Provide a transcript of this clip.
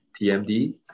tmd